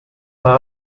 par